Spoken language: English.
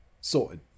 Sorted